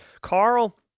Carl